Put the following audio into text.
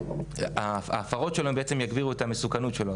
ההפרות יגבירו את המסוכנות שלו.